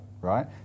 right